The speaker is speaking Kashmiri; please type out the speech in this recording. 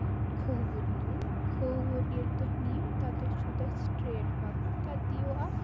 کھووُر نیُن کھووُر ییٚلہِ تُہۍ نِیِو تَتٮ۪س چھُو تۄہہِ سِٹرٛیٹ پَکُن تَتہِ یِیو اَکھ